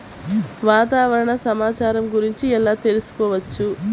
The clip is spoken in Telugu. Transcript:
వాతావరణ సమాచారము గురించి ఎలా తెలుకుసుకోవచ్చు?